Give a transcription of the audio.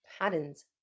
patterns